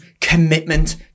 commitment